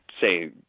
say